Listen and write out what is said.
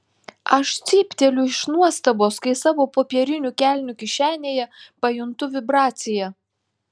aš cypteliu iš nuostabos kai savo popierinių kelnių kišenėje pajuntu vibraciją